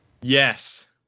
Yes